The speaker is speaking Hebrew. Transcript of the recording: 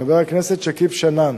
חבר הכנסת שכיב שנאן,